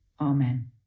Amen